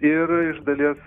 ir iš dalies